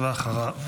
ואחריו